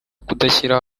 kudashyira